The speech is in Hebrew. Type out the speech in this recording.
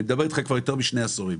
אני מדבר איתך, כבר יותר משני עשורים.